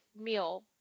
meal